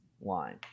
line